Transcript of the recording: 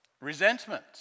Resentment